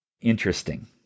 interesting